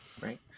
right